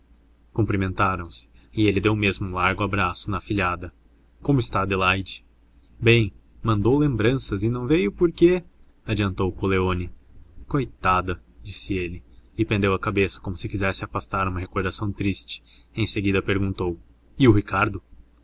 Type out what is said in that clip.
cumprimentaram-se e ele deu mesmo um largo abraço na afilhada como está adelaide bem mandou lembranças e não veio porque adiantou coleoni coitada disse ele e pendeu a cabeça como se quisesse afastar uma recordação triste em seguida perguntou e o ricardo